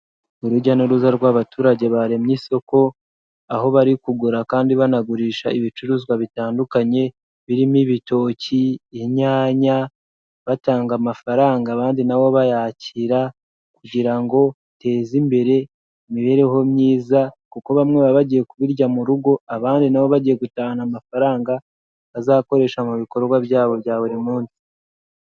Urujya n'uruza rw'abaturage baremye isoko, aho bari kugura kandi banagurisha ibicuruzwa bitandukanye, birimo ibitoki, inyanya, batanga amafaranga abandi nabo bayakira, kugira ngo ba biteze imbere imibereho myiza kuko bamwe baba bagiye kubirya mu rugo abandi nabo bagiye gutahana amafaranga, bazakoresha mu bikorwa byabo bya buri munsi.